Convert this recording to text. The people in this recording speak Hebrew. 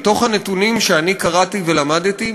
מתוך הנתונים שאני קראתי ולמדתי,